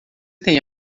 tem